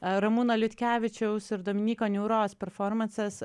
ramūno liutkevičiaus ir dominyko niūros performansas